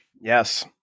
Yes